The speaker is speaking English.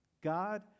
God